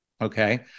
Okay